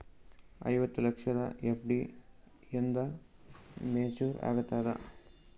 ಐವತ್ತು ಲಕ್ಷದ ಎಫ್.ಡಿ ಎಂದ ಮೇಚುರ್ ಆಗತದ?